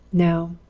no.